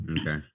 Okay